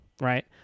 right